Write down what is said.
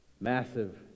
massive